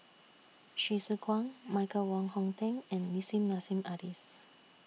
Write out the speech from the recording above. Hsu Tse Kwang Michael Wong Hong Teng and Nissim Nassim Adis